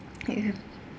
ya